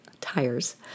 tires